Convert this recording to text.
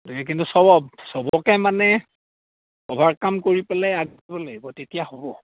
কিন্তু চব চবকে মানে অভাৰ কাম কৰি পেলাই লাগিব তেতিয়া হ'ব